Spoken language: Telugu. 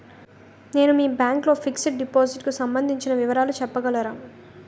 నేను మీ బ్యాంక్ లో ఫిక్సడ్ డెపోసిట్ కు సంబందించిన వివరాలు చెప్పగలరా?